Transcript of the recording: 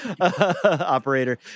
operator